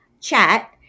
Chat